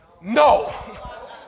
No